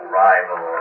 rival